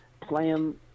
plan